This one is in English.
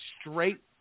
straight